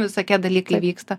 visokie dalykai vyksta